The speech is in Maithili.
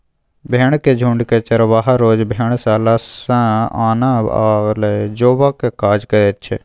भेंड़क झुण्डकेँ चरवाहा रोज भेड़शाला सँ आनब आ लए जेबाक काज करैत छै